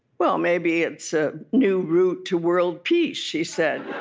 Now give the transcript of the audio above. well, maybe it's a new route to world peace she said.